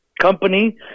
company